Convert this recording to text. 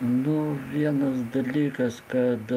nu vienas dalykas kad